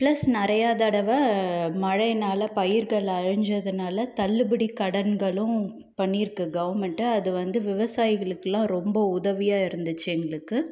plus நிறையா தடவை மழையினால் பயிர்கள் அழிஞ்சதினால தள்ளுபடி கடன்களும் பண்ணியிருக்கு கவர்மெண்ட்டு அது வந்து விவசாயிகளுக்கெலாம் ரொம்ப உதவியாக இருந்துச்சு எங்களுக்கு